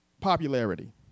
popularity